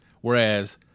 Whereas